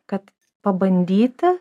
kad pabandyti